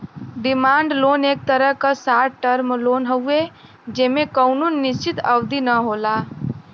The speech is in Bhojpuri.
डिमांड लोन एक तरे क शार्ट टर्म लोन हउवे जेमे कउनो निश्चित अवधि न होला